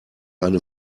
eine